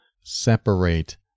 separate